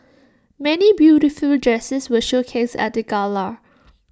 many beautiful dresses were showcased at the gala